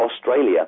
Australia